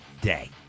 day